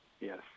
Yes